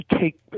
take